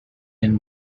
and